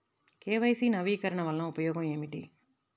KYC నవీకరణ వలన ఉపయోగం ఏమిటీ?